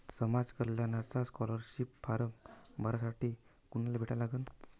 समाज कल्याणचा scholarship form भरासाठी कुनाले भेटा लागन?